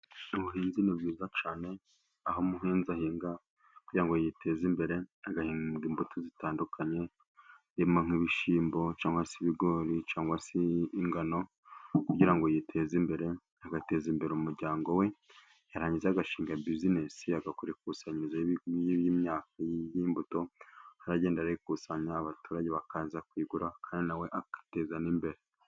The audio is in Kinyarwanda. Ubuhinzi ni bwiza cyane aho umuhinzi ahinga kugira ngo yiteze imbere, agahinda imbuto zitandukanye irimo nk'ibishyimbo cyangwa se ibigori cyangwa se ingano, kugira ngo yiteze imbere agateza imbere umuryango we, yarangiza agashinga bizinesi agakora ikusanyirizo y'imyaka, y'imbuto akagenda arayikusanya abaturage bakaza kuyigura kandi nawe akiteza n'imbere.